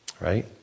right